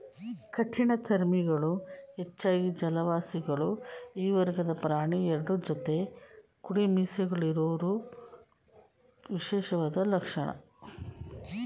ಕಠಿಣಚರ್ಮಿಗಳು ಹೆಚ್ಚಾಗಿ ಜಲವಾಸಿಗಳು ಈ ವರ್ಗದ ಪ್ರಾಣಿ ಎರಡು ಜೊತೆ ಕುಡಿಮೀಸೆಗಳಿರೋದು ವಿಶೇಷವಾದ ಲಕ್ಷಣ